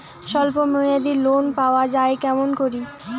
স্বল্প মেয়াদি লোন পাওয়া যায় কেমন করি?